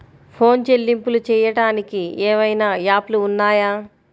Phone చెల్లింపులు చెయ్యటానికి ఏవైనా యాప్లు ఉన్నాయా?